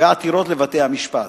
ובעתירות לבתי-משפט.